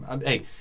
Hey